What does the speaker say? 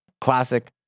classic